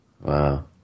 Wow